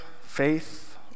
faith